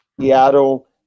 Seattle